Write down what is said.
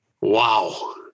Wow